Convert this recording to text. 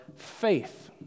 faith